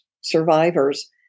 survivors